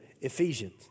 Ephesians